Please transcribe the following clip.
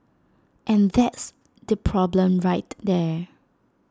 and that's the problem right there